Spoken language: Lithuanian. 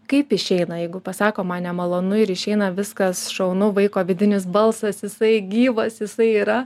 kaip išeina jeigu pasako man nemalonu ir išeina viskas šaunu vaiko vidinis balsas jisai gyvas jisai yra